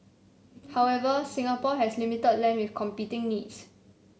however Singapore has limited land with competing needs